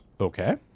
Okay